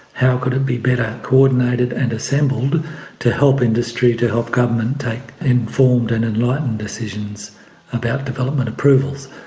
how could it be better coordinated and assembled to help industry, to help government take informed and enlightened decisions about development approvals.